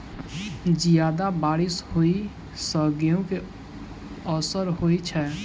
जियादा बारिश होइ सऽ गेंहूँ केँ असर होइ छै?